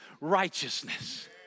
righteousness